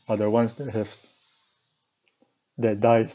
are the ones that has that dies